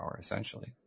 essentially